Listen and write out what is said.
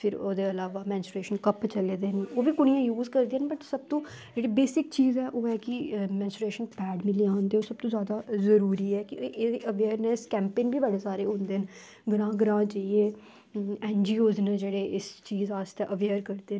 फिर अजकल menstruation cup चले दे न ओह् बी कुड़ियां यूज करदे न पर सबतूं जेह्ड़ी बेसिक्स चीज ऐ ओह् ऐ कि मैन्सुरेशन पेड़ होंदे सबतूं जैदा जरुरी ऐ एह्दी अवेयरनैस कंपेयन बी सारी होंदी ऐ ग्रां जाइयै ऐनजिओ न ओह् करदे न